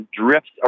drifts